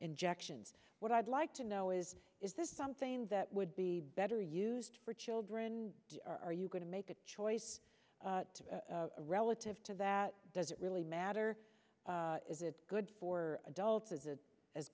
injections what i'd like to know is is this something that would be better used for children are you going to make a choice relative to that does it really matter is it good for adults is it as